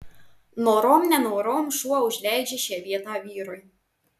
norom nenorom šuo užleidžia šią vietą vyrui